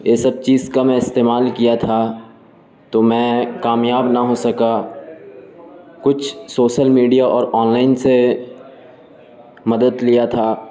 یہ سب چیز کا میں استعمال کیا تھا تو میں کامیاب نہ ہو سکا کچھ سوشل میڈیا اور آن لائن سے مدد لیا تھا